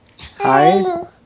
Hi